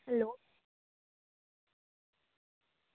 hello